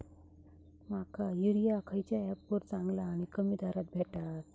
माका युरिया खयच्या ऍपवर चांगला आणि कमी दरात भेटात?